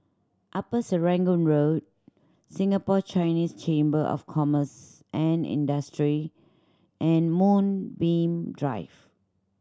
Upper Serangoon Road Singapore Chinese Chamber of Commerce and Industry and Moonbeam Drive